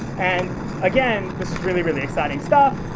and again, this is really, really exciting stuff,